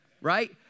right